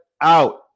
out